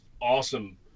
awesome